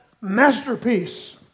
Masterpiece